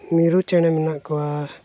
ᱢᱤᱨᱩ ᱪᱮᱬᱮ ᱢᱮᱱᱟᱜ ᱠᱚᱣᱟ